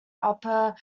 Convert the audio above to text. upper